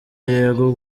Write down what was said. yego